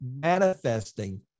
manifesting